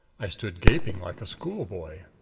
i stood gaping like a schoolboy.